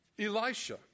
Elisha